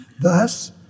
Thus